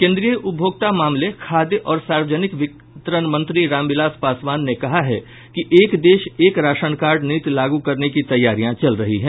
केंद्रीय उपभोक्ता मामले खाद्य और सार्वजनिक वितरण मंत्री राम विलास पासवान ने कहा है कि एक देश एक राशन कार्ड नीति लागू करने की तैयारियां चल रही हैं